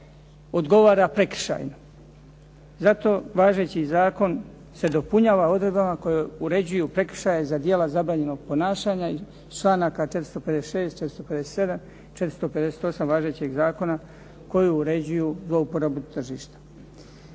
odgovara prekršajima. Zato važeći zakon se dopunjava odredbama koje uređuju prekršaje za djela zabranjenog ponašanja iz članaka 456., 457., 458. važećeg zakona koji uređuju zlouporabu tržišta.